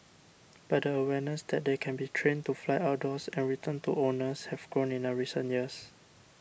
but the awareness that they can be trained to fly outdoors and return to owners have grown in recent years